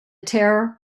terror